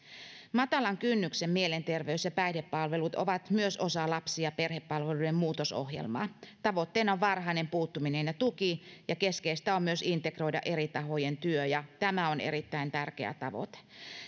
matalan kynnyksen mielenterveys ja päihdepalvelut ovat myös osa lapsi ja perhepalveluiden muutosohjelmaa tavoitteena on varhainen puuttuminen ja tuki ja keskeistä on myös integroida eri tahojen työ tämä on erittäin tärkeä tavoite